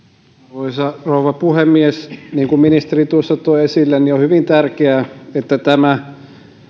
arvoisa rouva puhemies niin kuin ministeri tuossa toi esille on on hyvin tärkeää että tämä